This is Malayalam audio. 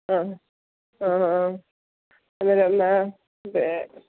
ആ ആ ആ അങ്ങനെ എന്നാൽ ആ ഏ